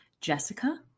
Jessica